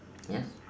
yes